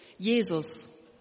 Jesus